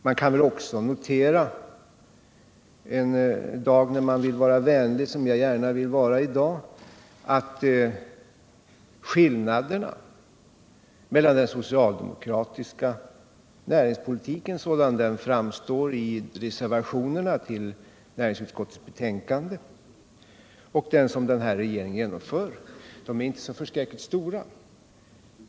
Man kan också notera, en dag när man vill vara vänlig som t.ex. i dag, att skillnaderna mellan den socialdemokratiska näringspolitiken sådan den framstår i reservationerna till näringsutskottets betänkande och den politik som regeringen för inte är så förskräckligt stora.